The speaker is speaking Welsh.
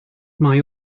mae